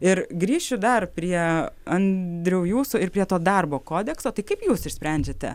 ir grįšiu dar prie andriau jūsų ir prie to darbo kodekso tai kaip jūs išsprendžiate